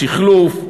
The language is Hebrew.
שחלוף,